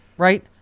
Right